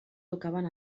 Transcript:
tocaven